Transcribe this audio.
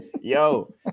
yo